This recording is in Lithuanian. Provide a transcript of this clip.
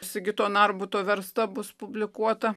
sigito narbuto versta bus publikuota